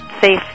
safe